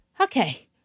okay